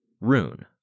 rune